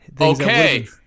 Okay